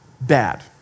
bad